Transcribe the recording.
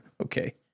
Okay